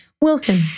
Wilson